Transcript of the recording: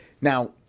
now